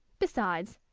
besides,